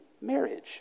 marriage